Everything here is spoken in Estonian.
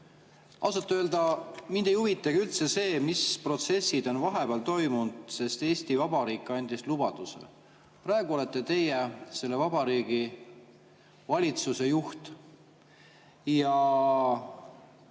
Ausalt öelda, mind ei huvitagi üldse see, mis protsessid on vahepeal toimunud, sest Eesti Vabariik andis lubaduse. Praegu olete teie Vabariigi Valitsuse juht.